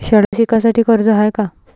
शाळा शिकासाठी कर्ज हाय का?